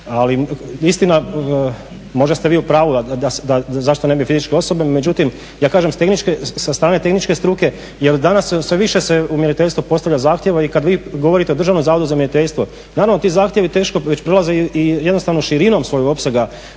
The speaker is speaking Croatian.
Ali istina, možda ste vi u pravu da zašto ne bi fizičke osobe. Međutim, ja kažem sa strane tehničke struke jer danas sve više se u mjeriteljstvu postavlja zahtjeva i kad vi govorite o Državnom zavodu za mjeriteljstvo naravno ti zahtjevi teško već prolaze i jednostavno širinom svog opsega